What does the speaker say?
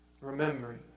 remembering